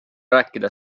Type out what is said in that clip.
rääkida